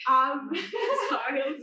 sorry